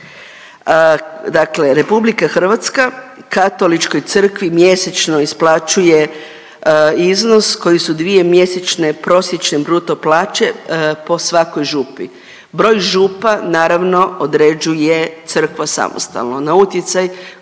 Dakle RH Katoličkoj crkvi mjesečno isplaćuje iznos koji su dvije mjesečne prosječne bruto plaće po svakoj župi, broj župa naravno određuje crkva samostalno. Na utjecaj